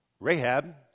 Rahab